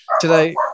Today